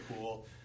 cool